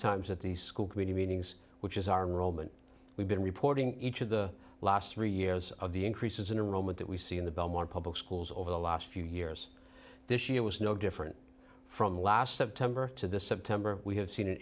times at these school committee meetings which is our roman we've been reporting each of the last three years of the increases in a moment that we see in the belmont public schools over the last few years this year was no different from last september to this september we have seen an